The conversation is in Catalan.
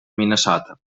minnesota